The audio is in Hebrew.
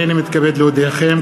הנני מתכבד להודיעכם,